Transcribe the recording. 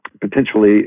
Potentially